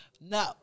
No